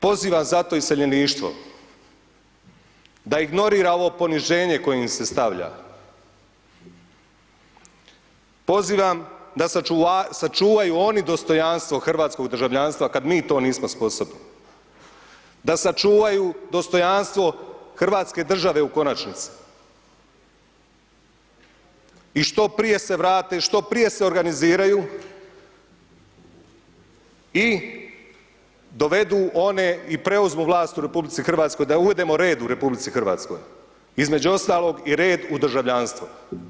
Pozivam zato iseljeništvo, da ignorira ovo poniženje koje im se stavlja, pozivam da sačuvaju oni dostojanstvo hrvatskog državljanstva, kada mi to nismo sposobni, da sačuvaju dostojanstvo hrvatske države u konačnici i što prije se vrate, što prije se organiziraju i dovedu one i preuzmu vlast u RH, da uvedemo red u RH, između ostaloga i red u državljanstvo.